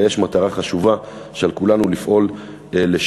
אלא יש מטרה חשובה שעל כולנו לפעול לשמה,